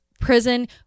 prison